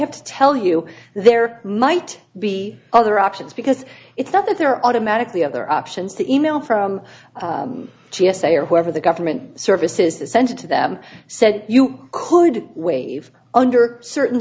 have to tell you there might be other options because it's not that they're automatically other options the email from g s a or whoever the government services to send it to them said you could waive under certain